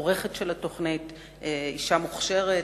עורכת של התוכנית, אשה מוכשרת,